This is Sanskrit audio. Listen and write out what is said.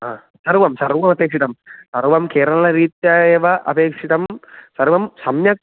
हा सर्वं सर्वमपेक्षितं सर्वं केरळरीत्या एव अपेक्षितं सर्वं सम्यक्